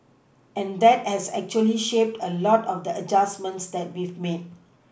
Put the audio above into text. and that has actually shaped a lot of the adjustments that we've made